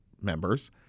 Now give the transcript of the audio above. members